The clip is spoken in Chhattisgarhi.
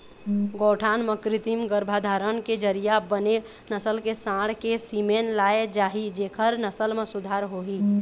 गौठान म कृत्रिम गरभाधान के जरिया बने नसल के सांड़ के सीमेन लाय जाही जेखर नसल म सुधार होही